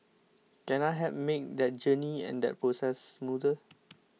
can I help make that journey and that process smoother